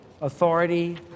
authority